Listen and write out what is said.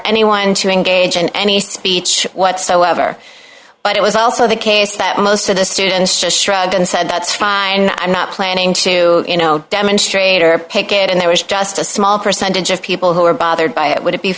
anyone and to engage in any speech whatsoever but it was also the case that most of the students just shrugged and said that's fine and i'm not planning to you know demonstrator or picket and there was just a small percentage of people who are bothered by it would it be